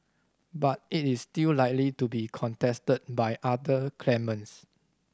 but it is still likely to be contested by other claimants